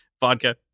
Vodka